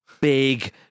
Big